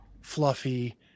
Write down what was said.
fluffy